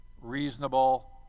reasonable